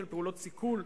שני דברים,